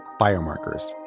biomarkers